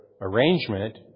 Arrangement